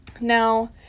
Now